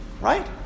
right